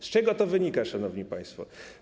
Z czego to wynika, szanowni państwo?